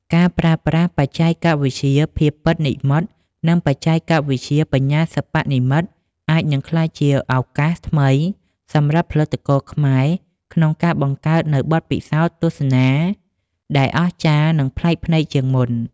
ការប្រើប្រាស់បច្ចេកវិទ្យាភាពពិតនិម្មិត និងបច្ចេកវិទ្យាបញ្ញាសិប្បនិម្មិត អាចនឹងក្លាយជាឱកាសថ្មីសម្រាប់ផលិតករខ្មែរក្នុងការបង្កើតនូវបទពិសោធន៍ទស្សនាដែលអស្ចារ្យ និងប្លែកភ្នែកជាងមុន។